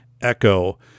echo